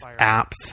apps